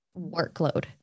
workload